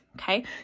Okay